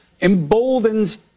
emboldens